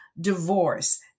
divorce